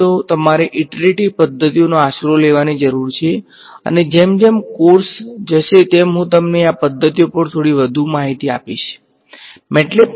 હું તમને લગભગ બે વસ્તુઓ કહીશ કે ax એ b બરાબર છે તેને હલ કરવાની બે રીત છે એક તે છે જેને ડાયરેક્ટ મેથડ કહેવાય છે જેનો તમે બધાએ હાઈસ્કૂલમાં અભ્યાસ કર્યો છે તેને ગૌસિયન એલિમિનેશન કહેવામાં આવે છે